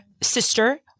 sister